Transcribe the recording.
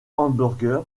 hamburger